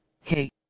Hey